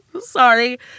Sorry